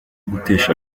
gutesha